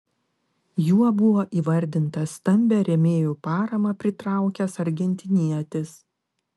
juo buvo įvardintas stambią rėmėjų paramą pritraukęs argentinietis